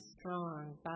strong